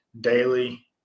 daily